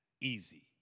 easy